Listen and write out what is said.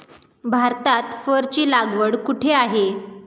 भारतात फरची लागवड कुठे आहे?